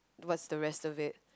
what's the rest of it